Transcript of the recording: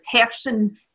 person